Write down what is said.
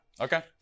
Okay